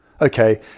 okay